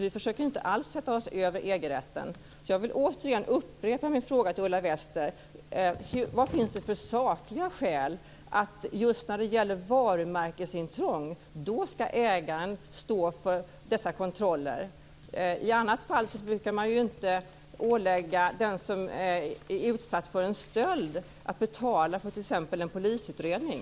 Vi försöker alltså inte alls sätta oss över Jag vill upprepa min fråga till Ulla Wester: Vad finns det för sakliga skäl för att ägaren just när det gäller varumärkesintrång ska stå för dessa kontroller? I annat fall brukar man ju inte ålägga den som är utsatt för en stöld att betala t.ex. för en polisutredning.